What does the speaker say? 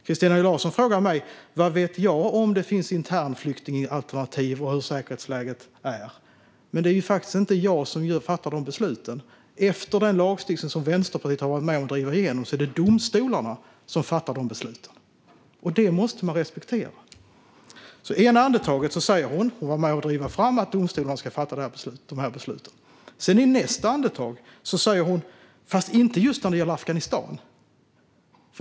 Christina Höj Larsen frågar mig vad jag vet om huruvida det finns internflyktingalternativ och hur säkerhetsläget är, men det är ju inte jag som fattar de besluten. Efter den lagstiftning som Vänsterpartiet har varit med om att driva igenom är det domstolarna som fattar de besluten. Det måste man respektera. I ena andetaget säger hon att domstolarna ska fatta dessa beslut, eftersom hon var med om att driva fram detta. I nästa andetag säger hon: fast inte just när det gäller Afghanistan.